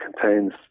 contains